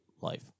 life